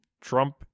Trump